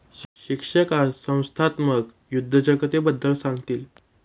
शिक्षक आज संस्थात्मक उद्योजकतेबद्दल सांगतील